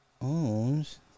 owns